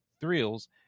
thrills